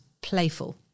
playful